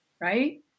right